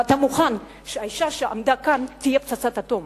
ואתה מוכן שהאשה שעמדה כאן תהיה פצצת אטום.